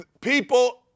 people